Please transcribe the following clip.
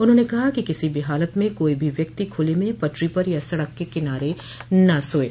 उन्होंने कहा कि किसी भी हालत में कोई भी व्यक्ति खुले में पटरी पर या सड़क के किनारे न सोये